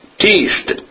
teased